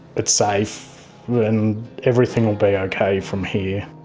it's safe and everything will be okay from here.